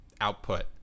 output